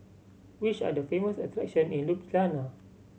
which are the famous attraction in Ljubljana